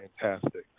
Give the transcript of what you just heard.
fantastic